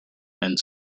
and